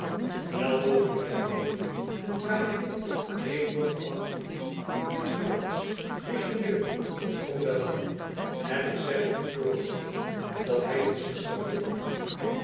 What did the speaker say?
wel mogelijk hernam heenvliet maar de witt heeft nog de macht niet die prins maurits richelieu of cromwell hadden en ik zeg u voor als nog dat hy ons niets zoû durven doen